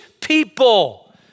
people